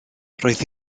roedd